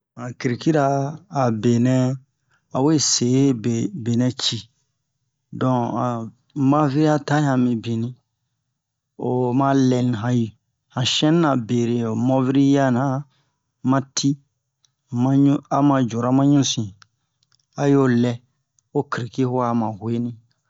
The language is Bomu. Han krikira a benɛ a we sebe benɛ ci don han maviri'a ta yan mibin o ma lɛni han shɛnina bere ho moviri hia na ma ti ma ɲu ama jora ma ɲusin a yo lɛ ho kriki wa ama uweni